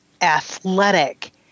athletic